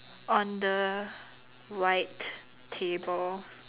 on the white table